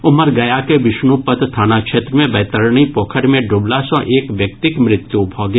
ओम्हर गया के विष्णुपद थाना क्षेत्र मे वैतरणी पोखरि मे डूबला सॅ एक व्यक्तिक मृत्यु भऽ गेल